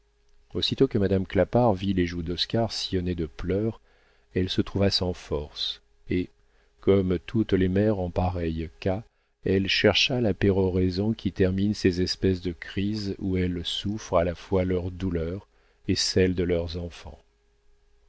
aussitôt que madame clapart vit les joues d'oscar sillonnées de pleurs elle se trouva sans force et comme toutes les mères en pareil cas elle chercha la péroraison qui termine ces espèces de crises où elles souffrent à la fois leurs douleurs et celles de leurs enfants